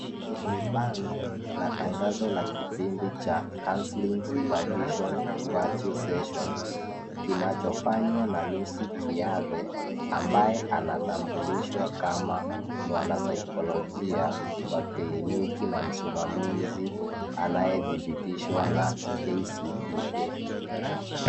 Ni bango, la tangazo la kipindi cha counselling supervision virtual session kinachofanywa na Lucy Kiathe, ambaye anatambulishwa kama mwanasaikolojia, wa kliniki na msimamizi anayedhibitishwa na KCPA.